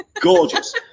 gorgeous